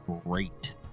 Great